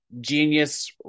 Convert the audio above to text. Genius